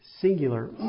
Singular